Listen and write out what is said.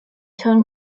tone